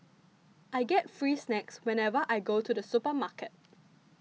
I get free snacks whenever I go to the supermarket